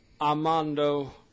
Armando